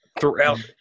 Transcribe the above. throughout